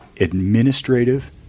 administrative